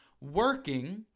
working